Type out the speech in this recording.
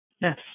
Yes